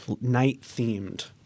night-themed –